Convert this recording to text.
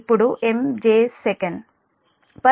ఇప్పుడు MJ sec elect radian